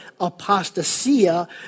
apostasia